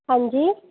हां जी